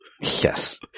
yes